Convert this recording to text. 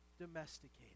domesticated